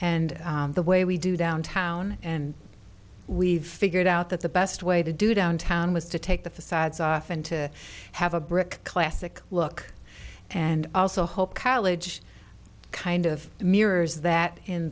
and the way we do downtown and we've figured out that the best way to do downtown was to take the facades off and to have a brick classic look and also hope college kind of mirrors that in